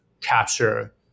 capture